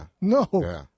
no